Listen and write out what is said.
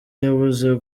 yabuze